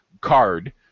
card